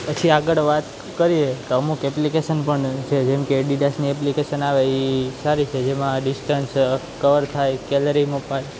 પછી આગળ વાત કરીએ કે અમુક એપ્લિકેશન પણ છે જેમકે એડીડાસની એપ્લિકેશન આવે એ સારી છે જેમાં ડિસ્ટન્સ કવર થાય કેલેરી મપાય